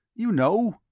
you know?